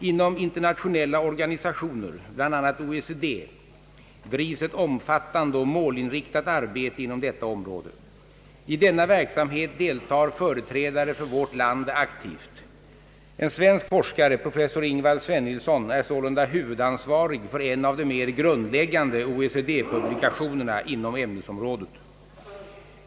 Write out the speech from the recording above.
Inom internationella organisationer, bl.a. OECD, drivs ett omfattande och målinriktat arbete inom detta område. I denna verksamhet deltar företrädare för vårt land aktivt. En svensk forskare, professor Ingvar Svennilson, är sålunda huvudansvarig för en av de mer grundläggande OECD-publikationerna inom ämnesområdet.